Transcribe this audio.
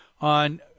on